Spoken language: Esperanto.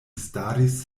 staris